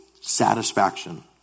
satisfaction